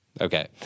Okay